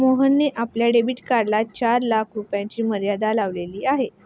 मोहनने आपल्या डेबिट कार्डला चार लाख रुपयांची मर्यादा लावलेली आहे